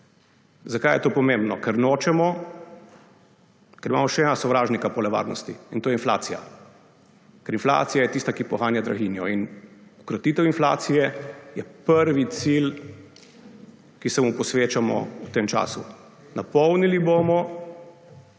Zakaj je to pomembno? Ker nočemo, ker imamo še enega sovražnika poleg varnosti, in to je inflacija. Ker inflacija je tista, ki poganja draginjo, in krotitev inflacije je prvi cilj, ki se mu posvečamo v tem času. Napolnili bomo